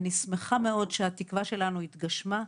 אני שמחה מאוד שהתקווה שלנו התגשמה.